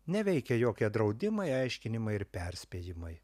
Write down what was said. neveikia jokie draudimai aiškinimai ir perspėjimai